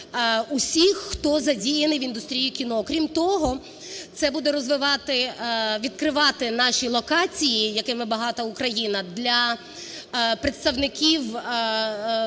усіх, хто задіяний в індустрії кіно. Крім того, це буде розвивати, відкривати наші локації, якими багата Україна, для представників